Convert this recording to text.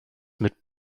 mit